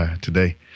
today